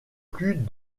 plus